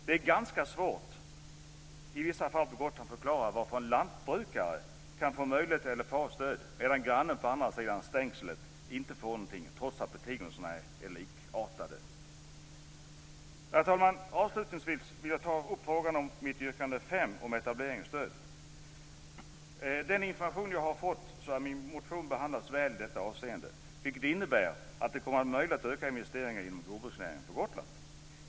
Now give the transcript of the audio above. Det är i vissa fall på Gotland svårt att förklara varför en lantbrukare kan få möjlighet till LFA-stöd medan grannen på andra sidan stängslet inte får någonting, trots att betingelserna är likartade. Herr talman! Avslutningsvis vill jag ta upp frågan om mitt yrkande 5 om etableringsstöd. Enligt den information jag har fått har min motion behandlats väl i det avseendet, vilket innebär att det kommer att bli möjligt att öka investeringarna inom jordbruksnäringen på Gotland.